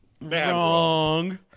Wrong